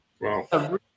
Wow